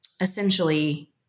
essentially